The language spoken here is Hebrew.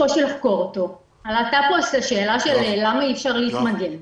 עלתה פה השאלה למה אי אפשר להתמגן.